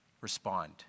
respond